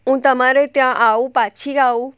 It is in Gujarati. હું તમારે ત્યાં આવું પાછી આવું